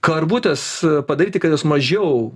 karvutes padaryti kad jos mažiau